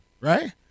right